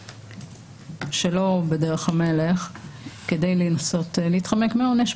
שלא בדרך המלך וכדי לנסות להתחמק מעונש,